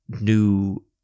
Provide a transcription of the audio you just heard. new